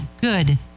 good